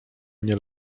mnie